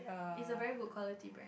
it's a very good quality brand